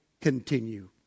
continue